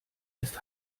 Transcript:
ist